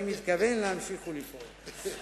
אני מתכוון להמשיך ולפעול.